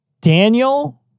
Daniel